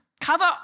cover